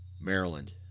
Maryland